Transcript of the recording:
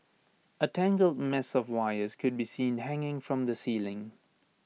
A tangled mess of wires could be seen hanging from the ceiling